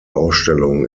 ausstellung